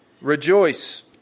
Rejoice